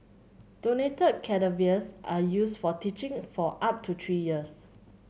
donated cadavers are used for teaching for up to three years